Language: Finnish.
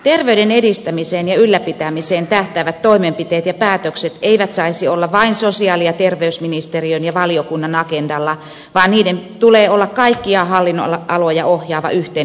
terveyden edistämiseen ja ylläpitämiseen tähtäävät toimenpiteet ja päätökset eivät saisi olla vain sosiaali ja terveysministeriön ja valiokunnan agen dalla vaan niiden tulee olla kaikkia hallinnonaloja ohjaava yhteinen tavoite